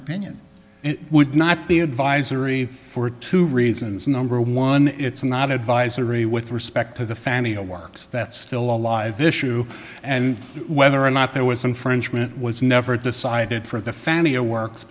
opinion it would not be advisory for two reasons number one it's not advisory with respect to the family who works that's still a live issue and whether or not there was some frenchmen it was never decided for the fania works